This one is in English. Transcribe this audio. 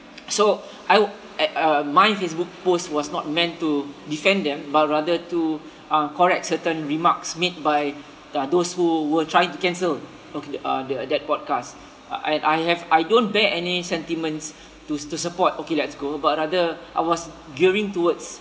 so I at uh my facebook post was not meant to defend them but rather to uh correct certain remarks made by uh those who were trying to cancel okay uh the that podcast I I have I don't bear any sentiments to to support okay let's go but rather I was gearing towards